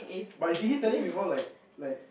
but did he tell you before like like